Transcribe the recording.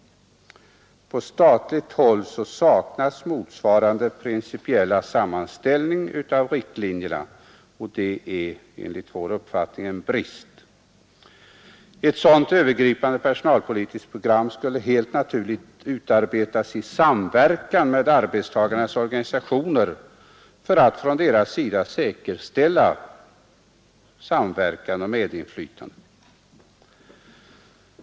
På statligt håll saknas motsvarande principiella sammanställning av riktlinjerna, och det är enligt vår uppfattning en brist. Ett övergripande personalpolitiskt program skulle helt naturligt utarbetas i samverkan med arbetstagarnas organisationer för att för dem säkerställa samverkan och medinflytande.